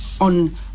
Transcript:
on